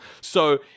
so-